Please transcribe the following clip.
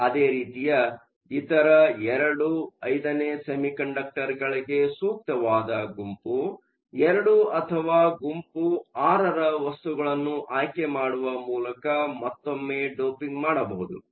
ಅದೇ ರೀತಿ ಇತರ II V ಸೆಮಿಕಂಡಕ್ಟೆರ್ಗಳಿಗೆ ಸೂಕ್ತವಾದ ಗುಂಪು II ಅಥವಾ ಗುಂಪು VI ರ ವಸ್ತುಗಳನ್ನು ಆಯ್ಕೆ ಮಾಡುವ ಮೂಲಕ ಮತ್ತೊಮ್ಮೆ ಡೋಪಿಂಗ್ ಮಾಡಬಹುದು